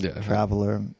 traveler